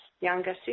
younger